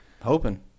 Hoping